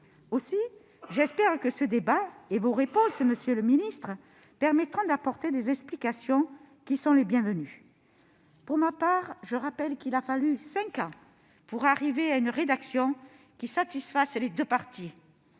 Aussi, j'espère que ce débat et vos réponses, monsieur le secrétaire d'État, permettront d'apporter des explications bienvenues. Pour ma part, je rappelle qu'il a fallu cinq ans pour parvenir à une rédaction qui satisfasse les deux parties.